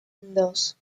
dos